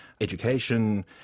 education